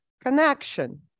connection